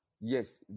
Yes